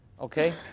okay